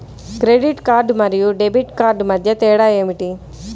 Credit card మరియు debit card మధ్య తేడా ఏమిటి?